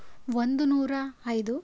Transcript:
ಒಂದು ನೂರ ಐದು